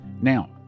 Now